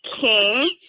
king